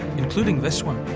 including this one